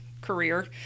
career